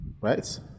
Right